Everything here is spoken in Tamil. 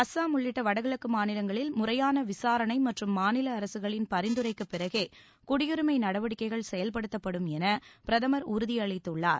அஸ்ஸாம் உள்ளிட்ட வடகிழக்கு மாநிலங்களில் முறையான விசாரணை மற்றும் மாநில அரசுகளின் பரிந்துரைக்குப் பிறகே குடியுரிமை நடவடிக்கைகள் செயல்படுத்தப்படும் என பிரதமர் உறுதியளித்துள்ளார்